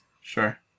Sure